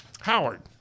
Howard